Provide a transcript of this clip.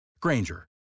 Granger